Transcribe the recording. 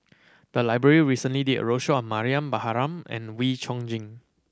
the library recently did a roadshow on Mariam Baharom and Wee Chong Jin